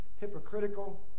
hypocritical